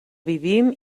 vivim